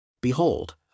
Behold